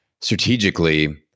strategically